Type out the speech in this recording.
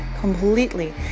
completely